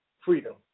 Freedom